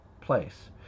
place